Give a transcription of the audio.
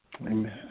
Amen